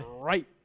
right